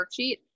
worksheet